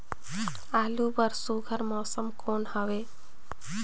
आलू बर सुघ्घर मौसम कौन हवे?